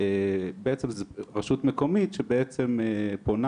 בעצם זו רשות מקומית שבעצם פונה,